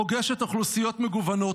פוגשת אוכלוסיות מגוונות,